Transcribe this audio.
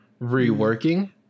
reworking